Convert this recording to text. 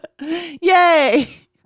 Yay